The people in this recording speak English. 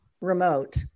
remote